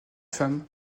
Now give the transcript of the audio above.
femme